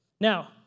Now